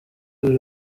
buri